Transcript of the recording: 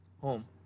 home